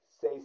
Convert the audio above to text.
say